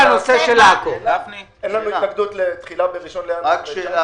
רק שאלה,